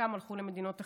וחלקם הלכו למדינות אחרות.